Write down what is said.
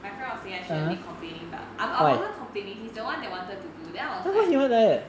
I felt ashamed I shouldn't be complaining but I I wasn't complaining he's the one that wanted to do then I was like